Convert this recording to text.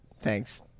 Thanks